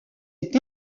est